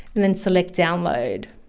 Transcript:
and then select download.